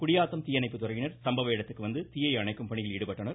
குடியாத்தம் தீயணைப்பு துறையினர் சம்பவ இடத்திற்கு வந்து கீயை அணைக்கும் பணியில் ஈடுபட்டனர்